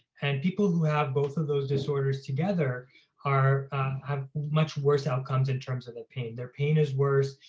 and people who have both of those disorders together are have much worse outcomes in terms of the pain, their pain is worse,